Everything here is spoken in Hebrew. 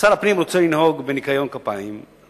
שר הפנים רוצה לנהוג בניקיון כפיים,